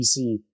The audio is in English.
PC